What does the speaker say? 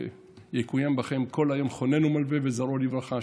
שיקוים בכם "כל היום חונן ומלוה וזרעו לברכה",